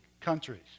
countries